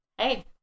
hey